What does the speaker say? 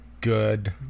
good